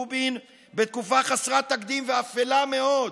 רובין, בתקופה חסרת תקדים ואפלה מאוד,